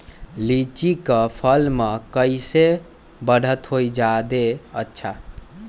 लिचि क फल म कईसे बढ़त होई जादे अच्छा?